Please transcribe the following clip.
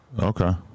okay